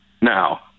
now